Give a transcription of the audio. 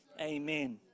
amen